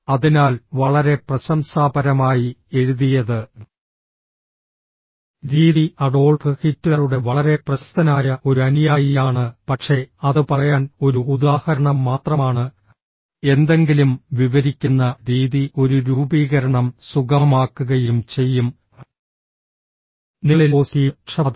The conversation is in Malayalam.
അതിനാൽ വളരെ പ്രശംസാപരമായി എഴുതിയത് രീതി അഡോൾഫ് ഹിറ്റ്ലറുടെ വളരെ പ്രശസ്തനായ ഒരു അനുയായിയാണ് പക്ഷേ അത് പറയാൻ ഒരു ഉദാഹരണം മാത്രമാണ് എന്തെങ്കിലും വിവരിക്കുന്ന രീതി ഒരു രൂപീകരണം സുഗമമാക്കുകയും ചെയ്യും നിങ്ങളിൽ പോസിറ്റീവ് പക്ഷപാതം